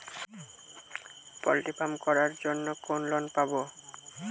Poultry farm করার জন্য কোন লোন পাব?